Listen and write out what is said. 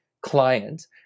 clients